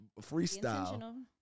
freestyle